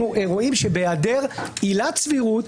אנחנו רואים שבהיעדר עילת סבירות,